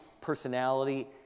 personality